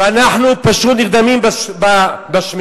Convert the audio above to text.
ואנחנו פשוט נרדמים בשמירה.